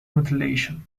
mutilation